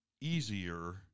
easier